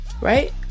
Right